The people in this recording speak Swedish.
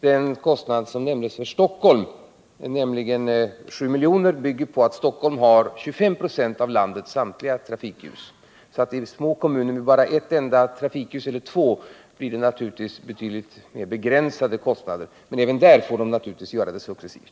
Den kostnad som nämndes för Stockholm, nämligen 7 milj.kr., bygger på att Stockholm har 25 96 av landets samtliga trafikljus. I små kommuner med bara ett enda eller ett par trafikljus blir det naturligtvis synnerligen begränsade kostnader. Men även de får naturligtvis göra ändringen successivt.